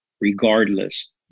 regardless